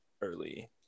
early